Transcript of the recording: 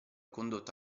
condotto